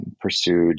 pursued